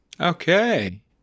Okay